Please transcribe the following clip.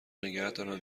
نگهدارن